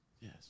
Yes